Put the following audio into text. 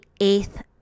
eighth